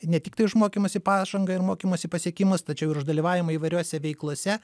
ne tiktai už mokymosi pažangą ir mokymosi pasiekimus tačiau ir už dalyvavimą įvairiose veiklose